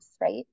right